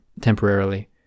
temporarily